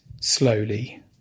slowly